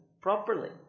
properly